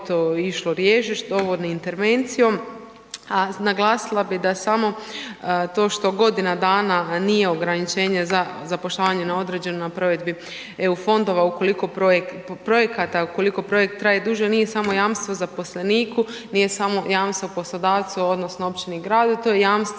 išlo riješiti ovom intervencijom, a naglasila bi da samo to što godina dana nije ograničenje za zapošljavanje na određeno na provedbi eu fondova projekata ukoliko projekt traje duže nije samo jamstvo zaposleniku nije samo jamstvo poslodavcu odnosno općini i gradu, to je jamstvo